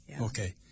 Okay